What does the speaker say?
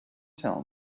tell